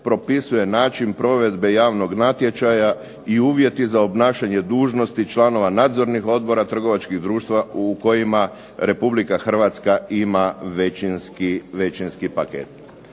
propisuje način provedbe javnog natječaja i uvjeti za obnašanje dužnosti članova nadzornih odbora trgovačkih društava u kojima Republika Hrvatska ima većinski paket.